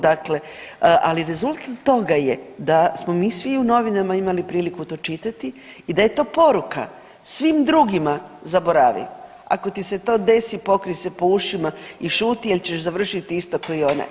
Dakle, a rezultat toga je da smo mi svi u novinama imali priliku to čitati i da je to poruka svim drugima, zaboravi ako ti se to desi pokrij se po ušima i šuti jer ćeš završit isto kao i ona.